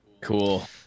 Cool